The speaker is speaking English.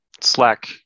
Slack